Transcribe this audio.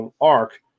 arc